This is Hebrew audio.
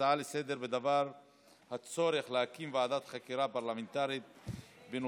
הצעה לסדר-היום בדבר הצורך להקים ועדת חקירה פרלמנטרית בנושא: